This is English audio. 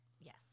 Yes